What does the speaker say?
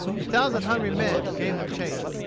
a thousand hungry men gave them chase.